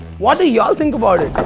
what do you all think about it?